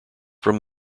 from